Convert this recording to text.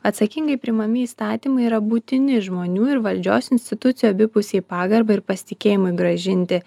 atsakingai priimami įstatymai yra būtini žmonių ir valdžios institucijų abipusiai pagarbai ir pasitikėjimui grąžinti